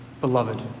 Beloved